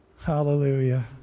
Hallelujah